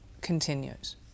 continues